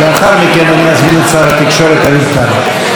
לאחר מכן אני אזמין את שר התקשורת איוב קרא.